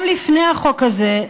גם לפני החוק הזה,